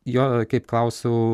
jo kaip klausiau